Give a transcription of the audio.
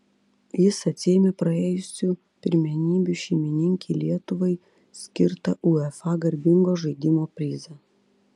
jis atsiėmė praėjusių pirmenybių šeimininkei lietuvai skirtą uefa garbingo žaidimo prizą